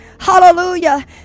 hallelujah